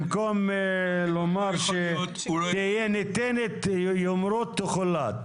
במקום לומר שתהיה ניתנת יגידו תחולט.